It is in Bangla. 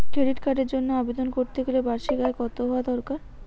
ক্রেডিট কার্ডের জন্য আবেদন করতে গেলে বার্ষিক আয় কত হওয়া দরকার?